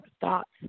thoughts